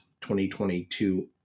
2022